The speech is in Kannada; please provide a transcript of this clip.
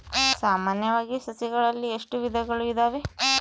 ಸಾಮಾನ್ಯವಾಗಿ ಸಸಿಗಳಲ್ಲಿ ಎಷ್ಟು ವಿಧಗಳು ಇದಾವೆ?